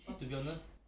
um